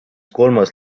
kolmas